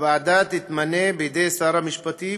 הוועדה תתמנה בידי שר המשפטים.